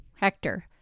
Hector